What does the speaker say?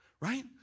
right